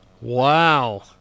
Wow